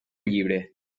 llibre